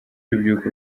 urubyiruko